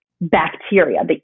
bacteria